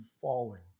falling